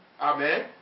Amen